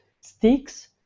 sticks